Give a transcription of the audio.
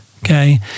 Okay